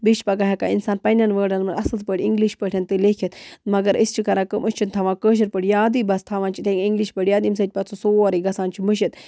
بیٚیہِ چھِ پگاہ ہٮ۪کان اِنسان پنٕنٮ۪ن وٲرڑن منٛز اَصٕل پٲٹھ اِنٛگلِش پٲٹھٮ۪ن تہٕ لیٖکھِتھ مگر أسۍ چھِ کَران کٲم أسۍ چھِنہٕ تھوان کٲشِر پٲٹھۍ یادٕے بَس تھوان چھِ یِتھٕے اِنگلِش پٲٹھۍ ییٚمہِ سٍتۍ پَتہٕ سُہ سورُے گژھان چھُ مٔشِتھ